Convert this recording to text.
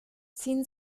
ziehen